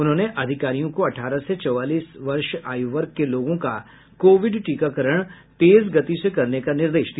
उन्होंने अधिकारियों को अठारह से चौवालीस वर्ष आयु वर्ग के लोगों का कोविड टीकाकरण तेज गति से करने का निर्देश दिया